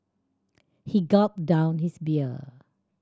he gulped down his beer